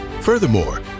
Furthermore